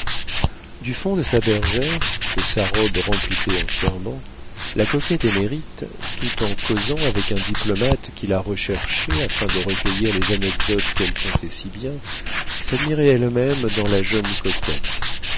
du fond de sa bergère que sa robe remplissait entièrement la coquette émérite tout en causant avec un diplomate qui la recherchait afin de recueillir les anecdotes qu'elle contait si bien s'admirait elle-même dans la jeune coquette